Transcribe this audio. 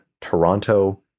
Toronto